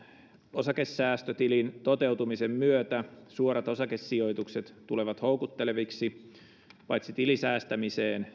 osakesäästötilin toteutumisen myötä suorat osakesijoitukset tulevat houkutteleviksi paitsi tilisäästämiseen